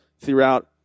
throughout